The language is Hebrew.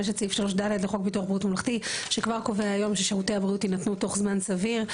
יש את סעיף 3(ד) שכבר קובע היום ששירותי הבריאות יינתנו תוך זמן סביר.